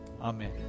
Amen